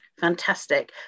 Fantastic